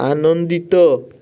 ଆନନ୍ଦିତ